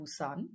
Busan